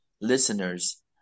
listeners